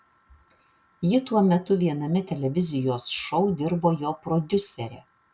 ji tuo metu viename televizijos šou dirbo jo prodiusere